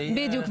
בדיוק,